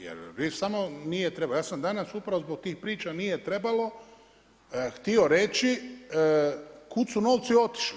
Jer vi samo nije trebalo, ja sam danas upravo zbog tih priča nije trebalo htio reći kud su novci otišli.